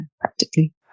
practically